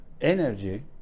energy